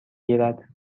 گیرد